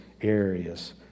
areas